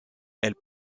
elles